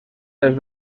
els